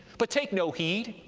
but take no heed,